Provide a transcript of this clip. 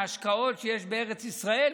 מהשקעות שיש בארץ ישראל,